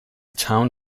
town